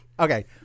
Okay